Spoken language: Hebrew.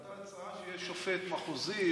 עלתה הצעה שיהיה שופט מחוזי.